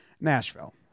Nashville